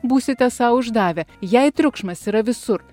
būsite sau uždavę jei triukšmas yra visur